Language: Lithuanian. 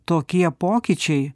tokie pokyčiai